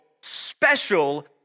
special